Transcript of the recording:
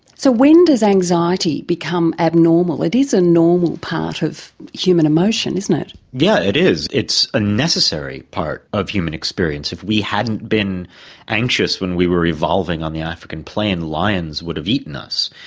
so when does anxiety become abnormal? it is a normal part of human emotions isn't it? yes, yeah it is, it's a necessary part of human experience. if we hadn't been anxious when we were evolving on the african plain, lions would have eaten us.